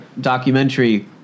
documentary